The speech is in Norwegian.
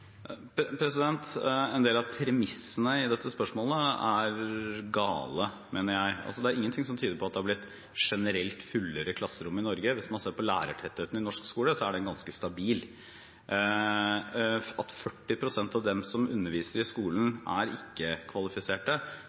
av premissene i disse spørsmålene er gale, mener jeg. Det er ingenting som tyder på at det generelt har blitt fullere klasserom i Norge. Hvis man ser på lærertettheten i norsk skole, er den ganske stabil. At 40 pst. av dem som underviser i skolen, er ikke-kvalifiserte, tror jeg nok ikke